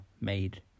made